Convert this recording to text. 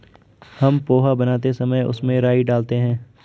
हम पोहा बनाते समय उसमें राई डालते हैं